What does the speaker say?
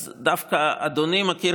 אז דווקא אדוני מכיר,